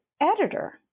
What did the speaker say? editor